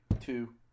two